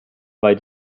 weil